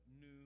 new